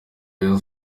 rayon